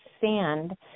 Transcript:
sand